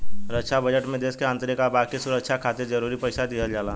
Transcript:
रक्षा budget में देश के आंतरिक आ बाकी सुरक्षा खातिर जरूरी पइसा दिहल जाला